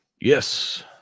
yes